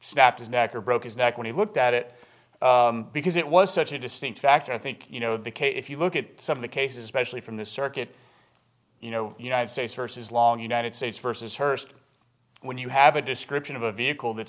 snapped his neck or broke his neck when he looked at it because it was such a distinct fact i think you know the case if you look at some of the cases especially from the circuit you know united states versus long united states versus hearst when you have a description of a vehicle that